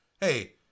Hey